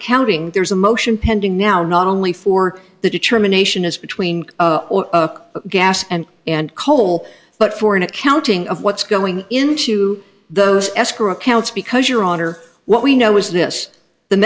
accounting there's a motion pending now not only for the determination is between gas and and coal but for an accounting of what's going into those escrow accounts because your honor what we know is this the